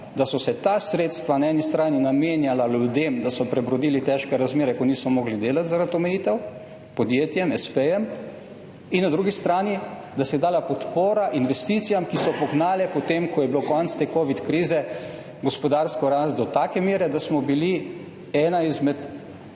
da so se ta sredstva na eni strani namenjala ljudem, da so prebrodili težke razmere, ko niso mogli delati zaradi omejitev, podjetjem, espejem, in na drugi strani, da se je dala podpora investicijam, ki so pognale, potem ko je bilo konec te covid krize, gospodarsko rast do take mere, da smo bili ena izmed